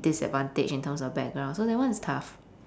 disadvantaged in terms of background so that one is tough